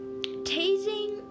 tasing